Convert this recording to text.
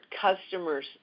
customers